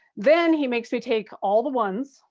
then he makes me take all the ones